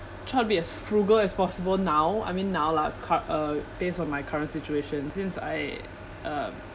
try to be as frugal as possible now I mean now lah curr~ uh based on my current situation since I uh